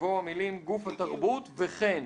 יבואו המילים "גוף התרבות וכן".